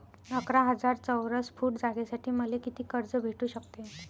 अकरा हजार चौरस फुट जागेसाठी मले कितीक कर्ज भेटू शकते?